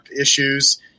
issues